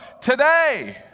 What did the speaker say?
today